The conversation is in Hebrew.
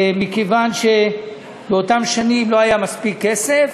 מכיוון שבאותן שנים לא היה מספיק כסף